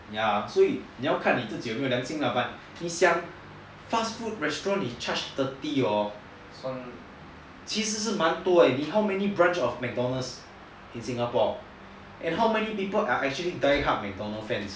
ya 所以你要看你自己有没有良心 lah but 你想 fast food restaurant charge thirty hor 其实是蛮多的 leh how many branch of mcdonald's in singapore and how many people are die hard mcdonald's fans